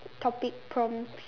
topic prompts